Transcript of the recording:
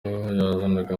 yazanaga